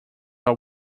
are